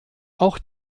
auch